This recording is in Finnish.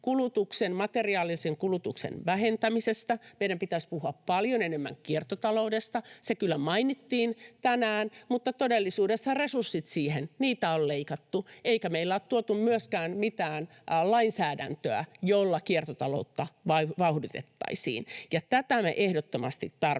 materiaalisen kulutuksen vähentämisestä. Meidän pitäisi puhua paljon enemmän kiertotaloudesta. Se kyllä mainittiin tänään, mutta todellisuudessa resursseja siihen on leikattu eikä meillä ole tuotu myöskään mitään lainsäädäntöä, jolla kiertotaloutta vauhditettaisiin. Tätä me ehdottomasti tarvitsisimme